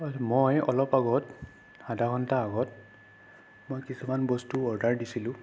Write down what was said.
মই অলপ আগত আধা ঘণ্টা আগত মই কিছুমান বস্তু অৰ্ডাৰ দিছিলোঁ